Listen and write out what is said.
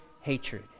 hatred